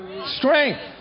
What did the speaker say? strength